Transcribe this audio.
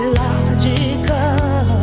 logical